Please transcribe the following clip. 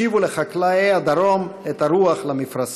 השיבו לחקלאי הדרום את הרוח למפרשים.